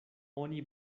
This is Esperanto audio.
oni